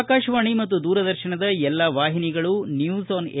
ಆಕಾಶವಾಣಿ ಮತ್ತು ದೂರದರ್ಶನದ ಎಲ್ಲಾ ವಾಹಿನಿಗಳು ನ್ಯೂಸ್ ಆನ್ ಎ